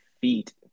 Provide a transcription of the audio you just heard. feet